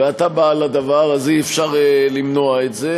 ואתה בעל הדבר, אז אי-אפשר למנוע את זה.